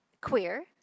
queer